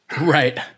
Right